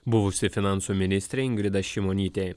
buvusi finansų ministrė ingrida šimonytė